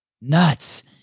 Nuts